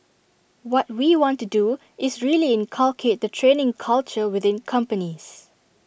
what we want to do is really inculcate the training culture within companies